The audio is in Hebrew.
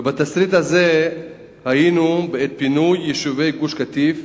בתסריט הזה היינו בעת פינוי יישובי גוש-קטיף